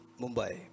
Mumbai